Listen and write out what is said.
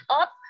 up